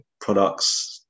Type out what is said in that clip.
products